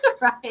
Right